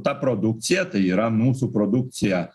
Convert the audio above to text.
ta produkcija tai yra mūsų produkcija